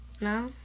No